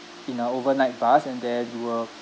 in a overnight bus and then it will